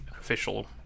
official